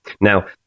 Now